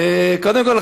קודם כול,